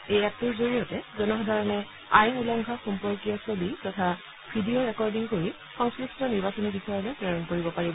এই এপটোৰ জৰিয়তে জনসাধাৰণে আইন উলংঘা সম্পৰ্কীয় ছবি তথা ভিডিঅ ৰেকৰ্ডিং কৰি সংশ্লিষ্ট নিৰ্বাচনী বিষয়ালৈ প্ৰেৰণ কৰিব পাৰিব